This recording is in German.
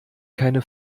keine